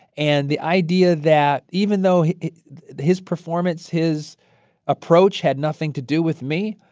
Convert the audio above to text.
and the idea that even though his performance, his approach had nothing to do with me,